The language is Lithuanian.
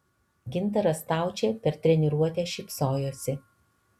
gintaras staučė per treniruotę šypsojosi